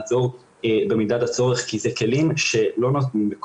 איך הם יוכלו לדעת לעצור במידת הצורך כי אלה כלים שלא נותנים.